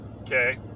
Okay